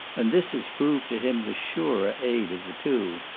and this has proved to him the surer aid of the two.